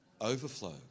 Overflow